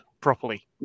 properly